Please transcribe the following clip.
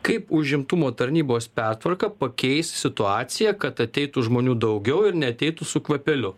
kaip užimtumo tarnybos pertvarka pakeis situaciją kad ateitų žmonių daugiau ir neateitų su kvapeliu